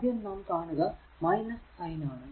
ആദ്യം നാം കാണുക സൈൻ ആണ്